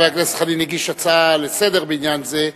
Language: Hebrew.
חבר הכנסת חנין הגיש הצעה לסדר-היום בעניין זה.